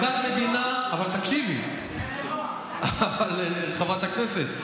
מכת מדינה, אבל תקשיבי, חברת הכנסת.